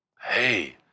Hey